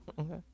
Okay